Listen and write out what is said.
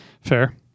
fair